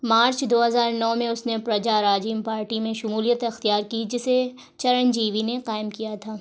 مارچ دو ہزار نو میں اس نے پرجا راجیم پارٹی میں شمولیت اختیار کی جسے چرنجیوی نے قائم کیا تھا